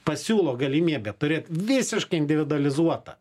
pasiūlo galimybę turėt visiškai individualizuotą